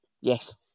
Yes